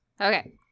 Okay